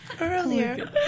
earlier